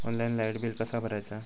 Online light bill कसा भरायचा?